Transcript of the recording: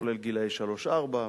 כולל גילאי שלוש-ארבע וכדומה.